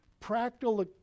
practical